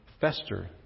fester